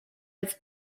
his